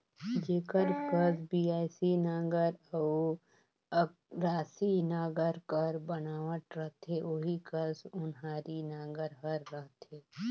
जेकर कस बियासी नांगर अउ अकरासी नागर कर बनावट रहथे ओही कस ओन्हारी नागर हर रहथे